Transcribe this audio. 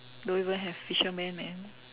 don't even have fisherman man